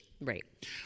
right